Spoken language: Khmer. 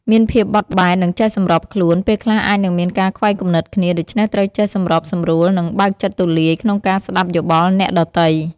មានភាពបត់បែន និងចេះសម្របខ្លួន ពេលខ្លះអាចនឹងមានការខ្វែងគំនិតគ្នា ដូច្នេះត្រូវចេះសម្របសម្រួល និងបើកចិត្តទូលាយក្នុងការស្តាប់យោបល់អ្នកដទៃ។